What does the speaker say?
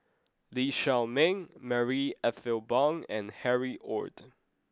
Lee Shao Meng Marie Ethel Bong and Harry Ord